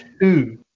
two